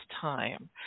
time